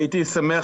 הייתי שמח,